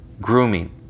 grooming